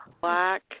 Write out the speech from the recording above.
black